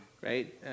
right